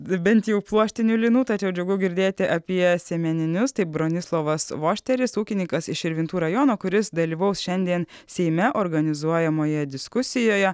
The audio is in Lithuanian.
bent jau pluoštinių linų tačiau džiugu girdėti apie sėmeninius tai bronislovas vošteris ūkininkas iš širvintų rajono kuris dalyvaus šiandien seime organizuojamoje diskusijoje